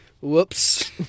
whoops